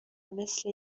مثل